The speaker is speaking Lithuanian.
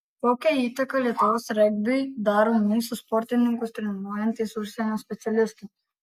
kokią įtaką lietuvos regbiui daro mūsų sportininkus treniruojantys užsienio specialistai